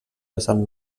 vessant